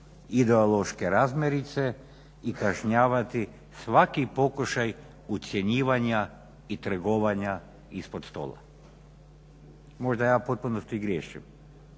ideološke razmirice i kažnjavati svaki pokušaj ucjenjivanja i trgovanja ispod stola. Možda ja u potpunosti griješim,